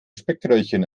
speckröllchen